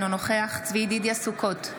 אינו נוכח צבי ידידיה סוכות,